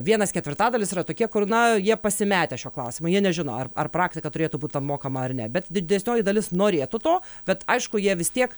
vienas ketvirtadalis yra tokie kur na jie pasimetę šiuo klausimu jie nežino ar ar praktika turėtų būt apmokama ar ne bet didesnioji dalis norėtų to bet aišku jie vis tiek